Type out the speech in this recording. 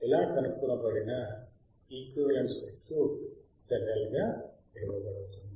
ఇలా కనుగొనబడిన equivalent circuit ZL గా పిలవబడుతుంది